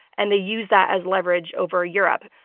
and they use that as leverage over europe.